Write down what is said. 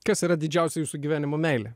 kas yra didžiausia jūsų gyvenimo meilė